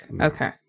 Okay